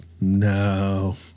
no